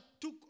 took